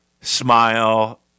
smile